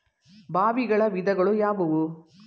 ಬಾವಿಗಳ ವಿಧಗಳು ಯಾವುವು?